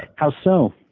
how so?